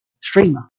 streamer